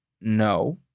no